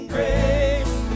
Grace